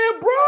bro